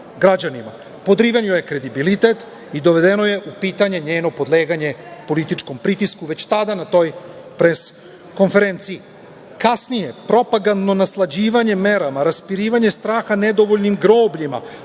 građanima, podriven joj je kredibilitet i dovedeno je u pitanje njeno podleganje političkom pritisku već tada na toj pres-konferenciji. Kasnije, propagandno naslađivanje merama, raspirivanje straha nedovoljnim grobljima,